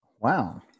Wow